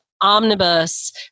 omnibus